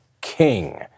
king